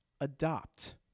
adopt